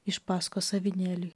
iš paskos avinėliui